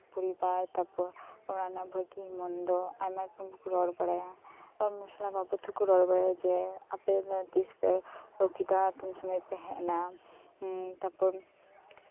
ᱯᱚᱨᱤᱵᱟᱨ ᱛᱟᱨᱯᱚᱨ ᱚᱱᱟ ᱨᱮᱱᱟᱜ ᱵᱷᱟᱜᱮᱹ ᱢᱚᱱᱫᱚ ᱟᱭᱢᱟ ᱨᱚᱠᱚᱢ ᱠᱚ ᱨᱚᱲ ᱵᱟᱲᱟᱭᱟ ᱢᱩᱥᱞᱟᱹ ᱵᱟᱵᱚᱫ ᱛᱮᱠᱚ ᱨᱚᱲᱟ ᱡᱮ ᱟᱯᱮ ᱛᱤᱥ ᱯᱮ ᱟᱜᱩ ᱠᱮᱫᱟ ᱛᱤᱱ ᱥᱚᱢᱚᱭ ᱯᱮ ᱦᱚᱡ ᱮᱱᱟ ᱮᱫ ᱛᱟᱯᱚᱨ